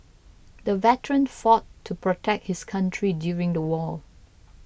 the veteran fought to protect his country during the war